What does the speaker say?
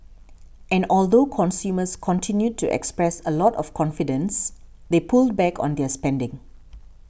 and although consumers continued to express a lot of confidence they pulled back on their spending